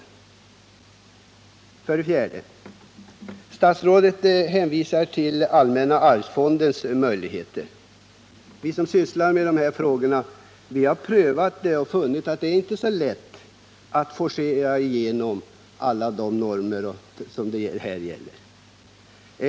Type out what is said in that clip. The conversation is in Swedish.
För det fjärde: Statsrådet hänvisar till allmänna arvsfonden. Vi som sysslar med de här frågorna har prövat den vägen och funnit att det inte är så lätt att forcera alla de normer som gäller i det sammanhanget.